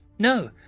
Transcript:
No